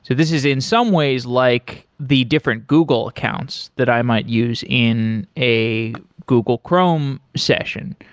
so this is in some ways like the different google accounts that i might use in a google chrome session.